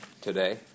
today